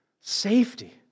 safety